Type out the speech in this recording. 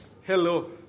hello